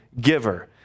giver